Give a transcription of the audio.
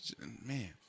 Man